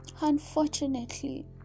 unfortunately